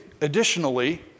additionally